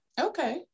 Okay